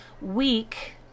week